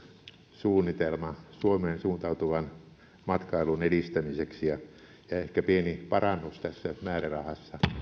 suunnitelma suomeen suuntautuvan matkailun edistämiseksi ja ja ehkä pieni parannus tässä määrärahassa